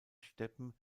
steppen